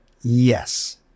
Yes